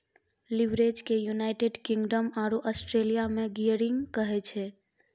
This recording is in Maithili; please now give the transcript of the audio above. लीवरेज के यूनाइटेड किंगडम आरो ऑस्ट्रलिया मे गियरिंग कहै छै